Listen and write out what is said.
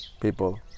people